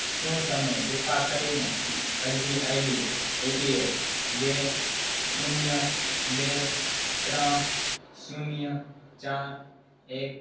શું તમે કૃપા કરીને અરજી આઇડી એપીએલ બે શૂન્ય બે ત્રણ શૂન્ય ચાર એક